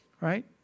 right